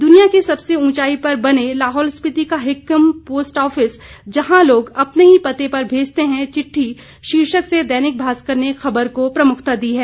दुनिया के सबसे उंचाई पर बने लाहौल स्पिति का हिक्किम पोस्ट ऑफिस जहां लोग अपने ही पते पर भेजते हैं चिट्टी शीर्षक से दैनिक भास्कर ने खबर को प्रमुखता दी है